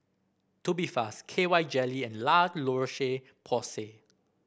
Tubifast K Y Jelly and La Roche Porsay